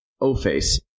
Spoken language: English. O-Face